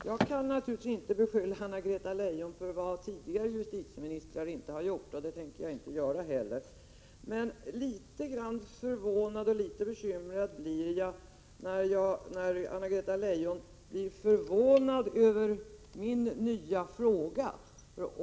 Herr talman! Jag kan naturligtvis inte beskylla Anna-Greta Leijon för vad tidigare justitieministrar inte har gjort, och det tänker jag inte heller göra. Men litet bekymrad är jag över att Anna-Greta Leijon blir förvånad över min nya fråga.